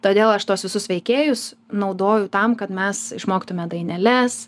todėl aš tuos visus veikėjus naudoju tam kad mes išmoktume daineles